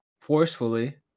forcefully